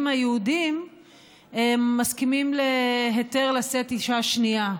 היהודים מסכימים להיתר לשאת אישה שנייה,